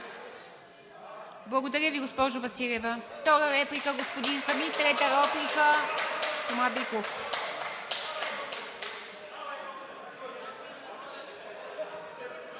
Благодаря Ви, госпожо Василева.